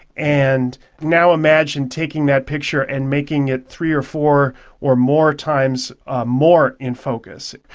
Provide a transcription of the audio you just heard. and now imagine taking that picture and making it three or four or more times more in focus.